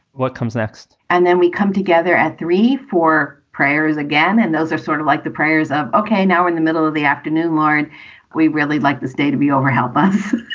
what comes next? and then we come together at three for prayers again. and those are sort of like the prayers of ok. now, in the middle of the afternoon, learn we really like this day to be over help us